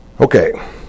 Okay